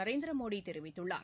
நரேந்திரமோடிதெரிவித்துள்ளார்